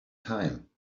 time